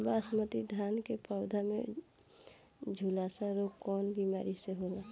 बासमती धान क पौधा में झुलसा रोग कौन बिमारी से होला?